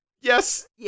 Yes